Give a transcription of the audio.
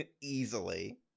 Easily